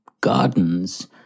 gardens